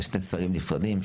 אלה שני שרים נפרדים,